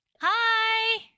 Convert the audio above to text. Hi